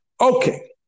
okay